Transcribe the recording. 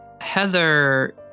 Heather